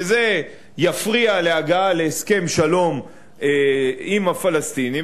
וזה יפריע להגעה להסכם שלום עם הפלסטינים.